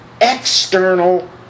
external